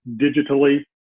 digitally